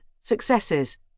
successes